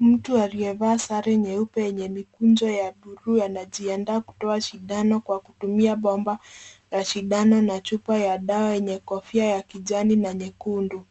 Mtu aliyevaa sare nyeupe yenye mikunjo ya buluu anajiandaa kutoa sindano kwa kutumia bomba la sindano na chupa ya dawa yenye kofia ya kijani na nyekundu.